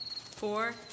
Four